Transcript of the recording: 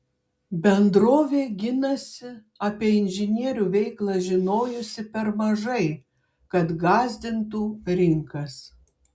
bendrovė ginasi apie inžinierių veiklą žinojusi per mažai kad gąsdintų rinkas